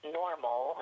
normal